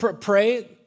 Pray